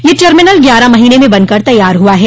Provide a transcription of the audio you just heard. यह टर्मिनल ग्यारह महीने में बनकर तैयार हुआ है